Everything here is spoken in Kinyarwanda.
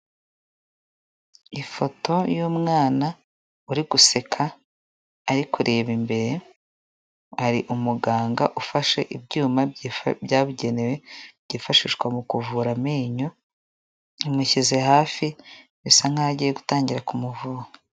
Ifoto y'umwana uri guseka ari kureba imbere, hari umuganga ufashe ibyuma byabugenewe byifashishwa mu kuvura amenyo, amushyize hafi, bisa nkaho agiye gutangira kumuvura.